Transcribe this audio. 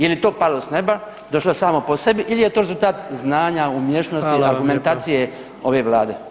Je li to palo s neba, došlo samo po sebi il je to rezultat znanja, umješnosti i dokumentacije ove vlade?